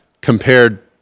Compared